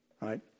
Right